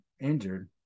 injured